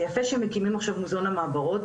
יפה שמקימים עכשיו מוזיאון המעברות,